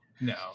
No